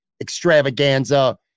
Extravaganza